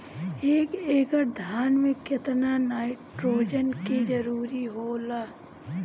एक एकड़ धान मे केतना नाइट्रोजन के जरूरी होला?